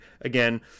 again